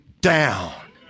down